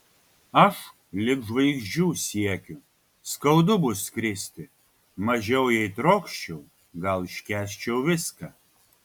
aš lig žvaigždžių siekiu skaudu bus kristi mažiau jei trokščiau gal iškęsčiau viską